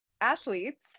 athletes